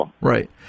right